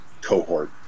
cohort